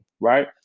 right